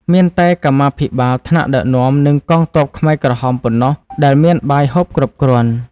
មានតែកម្មាភិបាល ថ្នាក់ដឹកនាំ និងកងទ័ពខ្មែរក្រហមប៉ុណ្ណោះដែលមានបាយហូបគ្រប់គ្រាន់។